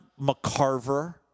McCarver